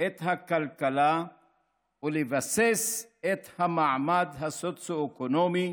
את הכלכלה ולבסס את המעמד הסוציו-אקונומי,